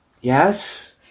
Yes